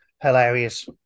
hilarious